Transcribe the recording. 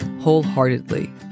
wholeheartedly